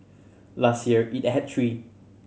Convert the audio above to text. last year it had three